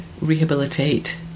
rehabilitate